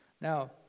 Now